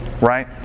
Right